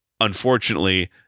unfortunately